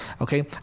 okay